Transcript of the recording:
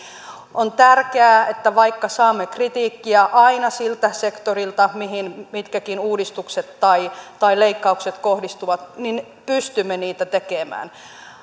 on tärkeää että vaikka saamme kritiikkiä aina siltä sektorilta mihin mitkäkin uudistukset tai tai leikkaukset kohdistuvat niin pystymme niitä tekemään